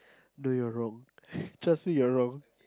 no you are wrong trust me you are wrong